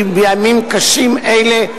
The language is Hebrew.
בימים קשים אלה,